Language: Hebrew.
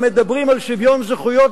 המדברים על שוויון זכויות,